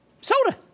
soda